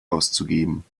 auszugeben